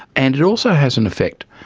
and it also has an effect,